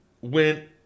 went